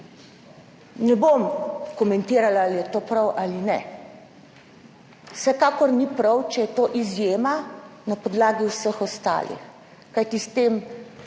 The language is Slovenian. Ne bom komentirala, ali je to prav ali ne, vsekakor ni prav, če je to izjema na podlagi vseh ostalih, kajti s tem